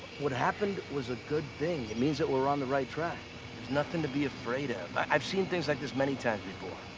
what happened was a good thing. it means that we're on the right track. there's nothing to be afraid of. i've seen things like this many times before.